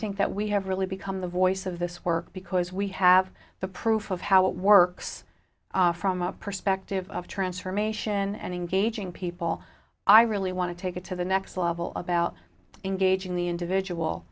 think that we have really become the voice of this work because we have the proof of how it works from a perspective of transformation and engaging people i really want to take it to the next level about engaging the individual